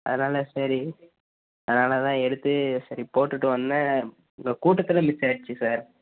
அதனால சரி அதனால தான் எடுத்து சரி போட்டுகிட்டு வந்தேன் இங்கே கூட்டத்தில் மிஸ் ஆகிடிச்சி சார்